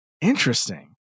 Interesting